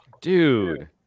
Dude